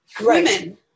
women